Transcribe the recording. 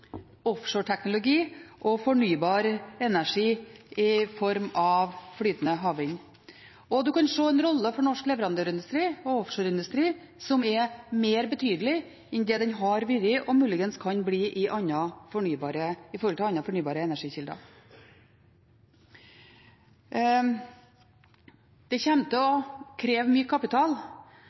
og fornybar energi i form av flytende havvind. Og man kan se en rolle for norsk leverandørindustri og offshore industri som er mer betydelig enn det den har vært, og muligens kan bli, med hensyn til andre fornybare energikilder. Det kommer til å kreve mye kapital.